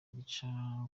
gica